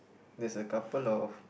there's a couple of